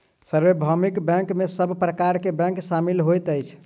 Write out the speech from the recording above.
सार्वभौमिक बैंक में सब प्रकार के बैंक शामिल होइत अछि